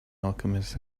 alchemist